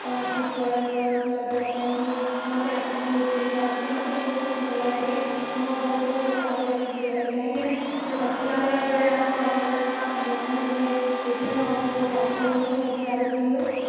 କୌଣସି ଫଳମୂଳ ଲଗାଇବା ପାଇଁ ବି ବହୁତ ଆଗ୍ରହୀ ଫିଲ୍ କରନ୍ତି ମତେ ବହୁତ ଭଲ ଲାଗେ ଆଉ ମୋ ବୋଉକୁ ବି ଗଛ ଲଗାଇବାକୁ ଭଲ ଲାଗେ କାହିଁକି ନା ସେ ଗଛ ଲଗାଇବା ଦ୍ୱାରା ଆମକୁ ଅମ୍ଳଜାନ ଅମ୍ଳଜାନ ମିଳେ ସେଇଥିପାଇଁ ମୋ ବୋଉ ବହୁତ ଆଗ୍ରହୀ ହୁଏ ମୁଁ ବି ଆଗ୍ରହୀ ହୁଏ